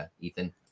Ethan